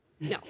no